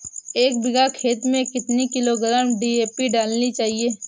एक बीघा खेत में कितनी किलोग्राम डी.ए.पी डालनी चाहिए?